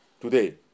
today